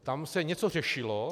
Tam se něco řešilo.